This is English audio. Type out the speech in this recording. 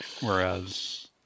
Whereas